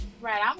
Right